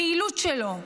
הפעילות שלו,